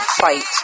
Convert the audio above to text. fight